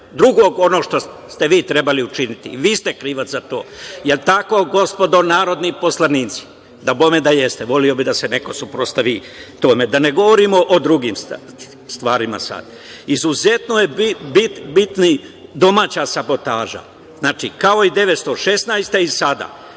drugog za ono što ste vi trebali učiniti. Vi ste krivac za to. Da li je tako, gospodo narodni poslanici? Dabome da jeste. Voleo bih da se neko suprotstavi tome, a da ne govorimo o drugim stvarima sada. Izuzetno je bitna domaća sabotaža. Znači, kao i 1916. godine